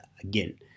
again